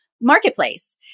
marketplace